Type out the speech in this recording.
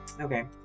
Okay